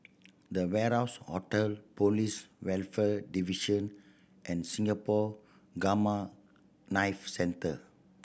The Warehouse Hotel Police Welfare Division and Singapore Gamma Knife Centre